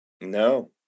no